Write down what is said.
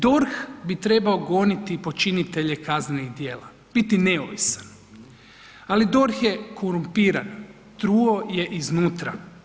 DORH bi trebao goniti počinitelje kaznenih djela, biti neovisan, ali DORH je korumpiran, truo je iznutra.